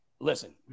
listen